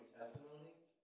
testimonies